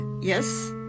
yes